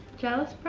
jealous, bro?